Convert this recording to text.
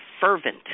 fervent